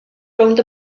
rownd